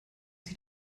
sie